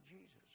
Jesus